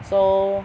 so